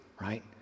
right